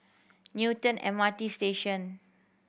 Newton M R T Station